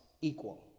equal